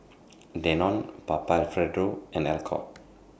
Danone Papa Alfredo and Alcott